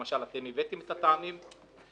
למשל הבאתם את עניין מוצרי הטבק בטעמים.